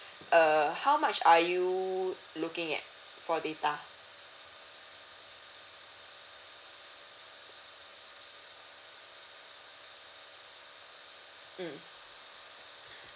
err how much are you looking at for data mm